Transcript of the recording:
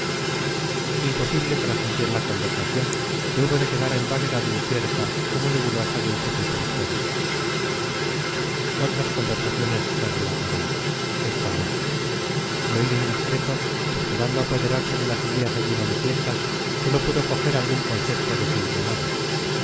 imposible transmitir la conversación que hubo de quedar en vaguedad incierta como nebulosa de un suceso histórico otras conversaciones se relatarán esta no el oído indiscreto procurando apoderarse de las ideas allí manifiestas sólo pudo coger algún concepto deshilvanado